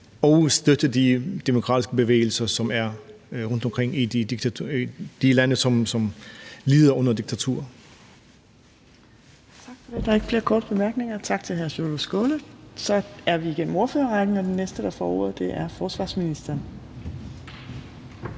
og støtte de demokratiske bevægelser, som er rundtomkring i de lande, som lider under diktatur. Kl. 18:07 Fjerde næstformand (Trine Torp): Tak. Der er ikke flere korte bemærkninger. Tak til hr. Sjúrður Skaale. Så er vi igennem ordførerrækken, og den næste, der får ordet, er forsvarsministeren.